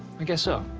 i guess so.